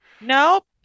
nope